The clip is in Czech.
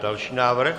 Další návrh.